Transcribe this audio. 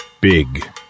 big